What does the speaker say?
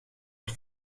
het